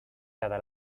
cada